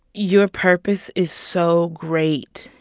your purpose is so great,